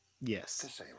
Yes